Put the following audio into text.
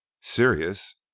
Serious